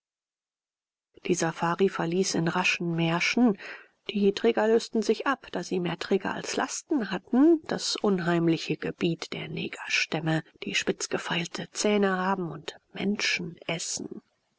die safari verließ in raschen märschen die träger lösten sich ab da sie mehr träger als lasten hatten das unheimliche gebiet der negerstämme die spitz gefeilte zähne haben und menschen essen